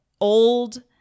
Old